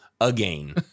again